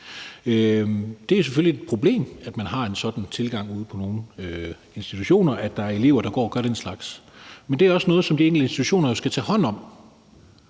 Det er selvfølgelig et problem, at man har en sådan tilgang ude på nogle institutioner, at der er elever, der går og gør den slags. Men det er også noget, som de enkelte institutioner skal tage hånd om,